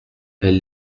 elle